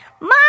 Mom